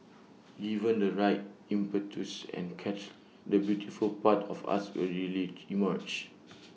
given the right impetus and catalyst the beautiful part of us will really emerge